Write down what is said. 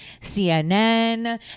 CNN